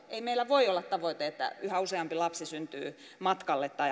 ei meillä voi olla tavoite että yhä useampi lapsi syntyy matkalle tai